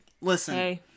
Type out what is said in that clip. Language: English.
Listen